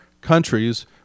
countries